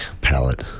palette